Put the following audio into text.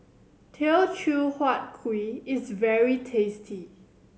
Teochew Huat Kuih is very tasty